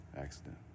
accident